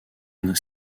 une